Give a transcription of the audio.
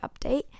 update